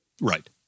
Right